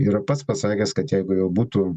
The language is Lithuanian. yra pats pasakęs kad jeigu jau būtų